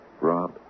Rob